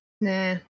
Nah